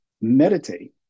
meditate